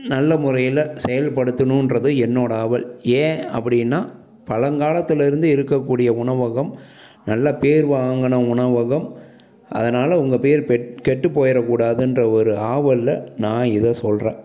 நல்ல முறையில் செயல்படுத்தணுன்றது என்னோட ஆவல் ஏன் அப்படின்னா பழங்காலத்தில் இருந்து இருக்கக்கூடிய உணவகம் நல்ல பேர் வாங்கின உணவகம் அதனால் உங்கள் பேர் பெட் கெட்டு போயிடுற கூடாதுன்ற ஒரு ஆவலில் நான் இதை சொல்கிறேன்